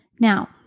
Now